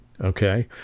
Okay